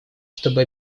чтобы